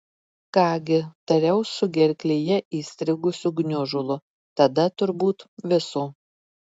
ką gi tariau su gerklėje įstrigusiu gniužulu tada turbūt viso